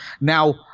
now